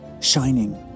shining